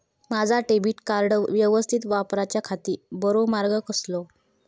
माजा debit card यवस्तीत वापराच्याखाती बरो मार्ग कसलो?